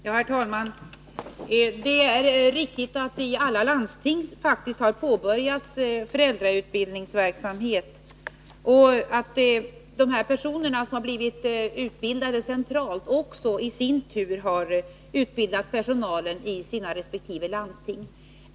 Herr talman! Det är riktigt att föräldrautbildningsverksamhet faktiskt har påbörjats i alla landsting och att de personer som har blivit utbildade centralt i sin tur har utbildat personalen i sina resp. landsting.